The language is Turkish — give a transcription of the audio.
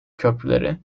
köprüleri